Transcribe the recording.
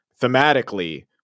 Thematically